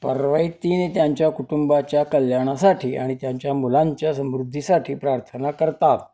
परवाईतीने त्यांच्या कुटुंबाच्या कल्याणासाठी आणि त्यांच्या मुलांच्या समृद्धीसाठी प्रार्थना करतात